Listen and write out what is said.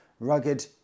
rugged